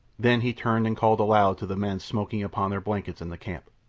then he turned and called aloud to the men smoking upon their blankets in the camp.